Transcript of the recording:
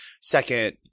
Second